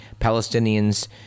Palestinians